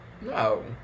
no